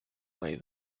way